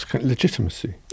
Legitimacy